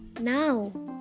Now